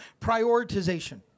Prioritization